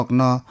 no